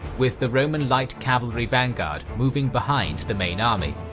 with the roman light cavalry vanguard moving behind the main army,